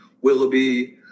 Willoughby